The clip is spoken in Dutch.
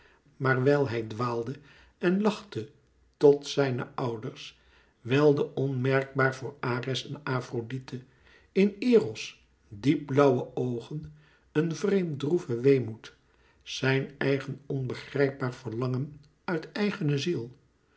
maar wijl hij dwaalde en lachte tot zijne ouders welde onmerkbaar voor ares en afrodite in eros diep blauwe oogen een vreemd droeve weemoed zijn eigen onbegrijpbaar verlangen uit eigene ziel